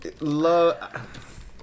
love